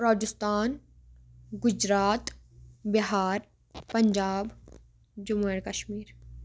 Rajasthan Gujarat Bihar Punjab Jammu and Kashmir